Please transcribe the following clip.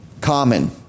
common